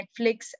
Netflix